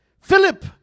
Philip